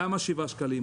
או למה שבעה שקלים.